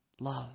love